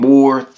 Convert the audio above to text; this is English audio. More